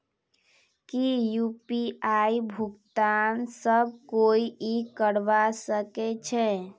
की यु.पी.आई भुगतान सब कोई ई करवा सकछै?